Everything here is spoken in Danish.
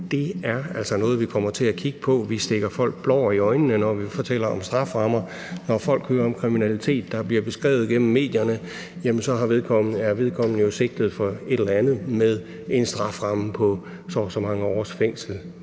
det er altså noget, vi kommer til at kigge på. Vi stikker folk blår i øjnene, når vi fortæller om strafferammer, når folk hører om kriminalitet, der bliver beskrevet gennem medierne – vedkommende er sigtet for et eller andet med en strafferamme på så og så mange års fængsel,